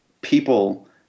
people